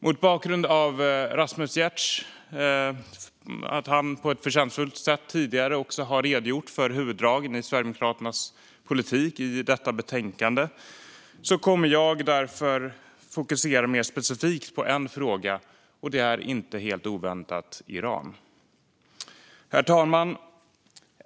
Mot bakgrund av att Rasmus Giertz på ett förtjänstfullt sätt tidigare redogjorde för huvuddragen i Sverigedemokraternas politik i betänkandet kommer jag att fokusera specifikt på en fråga. Det är inte helt oväntat Iran. Herr talman!